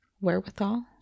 wherewithal